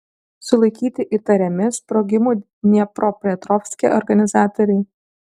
sulaikyti įtariami sprogimų dniepropetrovske organizatoriai